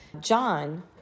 John